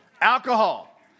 Alcohol